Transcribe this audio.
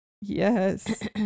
Yes